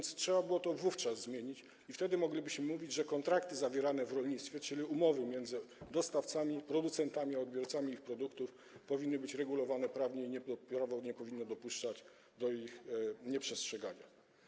Dlatego trzeba było to wówczas zmienić, i wtedy moglibyśmy mówić, że kontrakty zawierane w rolnictwie, czyli umowy między dostawcami, producentami a odbiorcami ich produktów, są regulowane prawnie i prawo nie powinno dopuszczać do ich nieprzestrzegania.